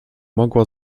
mogła